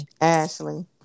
Ashley